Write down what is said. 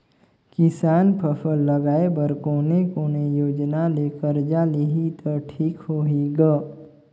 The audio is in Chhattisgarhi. किसान फसल लगाय बर कोने कोने योजना ले कर्जा लिही त ठीक होही ग?